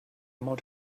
mount